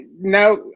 Now